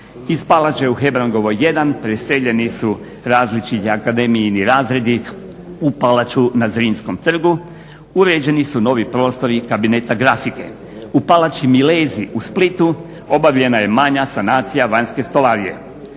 Iz palače u Hebrangovoj 1 preseljeni su različiti akademijini razredi u palaču na Zrinskom trgu, uređeni su novi prostori kabineta grafike. U palači Milesi u Splitu obavljena je manja sanacija vanjske stolarije.